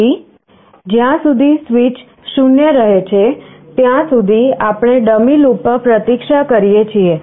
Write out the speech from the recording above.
તેથી જ્યાં સુધી સ્વીચ 0 રહે છે ત્યાં સુધી આપણે ડમી લૂપમાં પ્રતીક્ષા કરીએ છીએ